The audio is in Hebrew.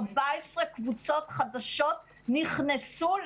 14 קבוצות חדשות נכנסו